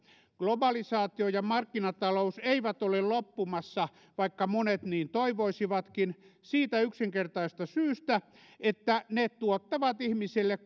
globalisaatio ja markkinatalous eivät ole loppumassa vaikka monet niin toivoisivatkin siitä yksinkertaisesta syystä että ne tuottavat ihmisille